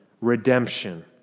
redemption